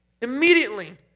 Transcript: Immediately